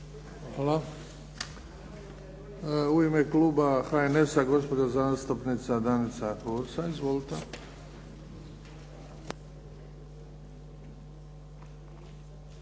Hvala. U ime kluba HNS-a, gospođa zastupnica Danica Hursa. Izvolite. **Hursa,